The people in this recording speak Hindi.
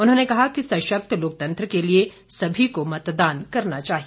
उन्होंने कहा कि सशक्त लोकतंत्र के लिए सभी को मतदान करना चाहिए